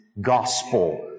gospel